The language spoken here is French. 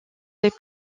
des